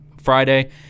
friday